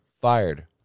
fired